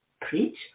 preach